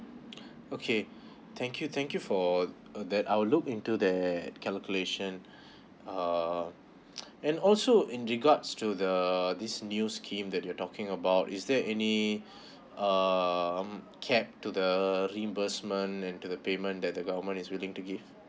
okay thank you thank you for uh that I'll look into that calculation err and also in regards to the this news scheme that you're talking about is there any um cap to the reimbursement and to the payment that the government is willing to give